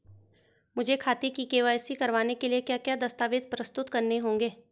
मुझे खाते की के.वाई.सी करवाने के लिए क्या क्या दस्तावेज़ प्रस्तुत करने होंगे?